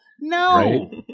No